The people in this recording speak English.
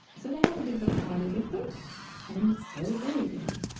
so they had a bit of a parlay with them and sailed away again.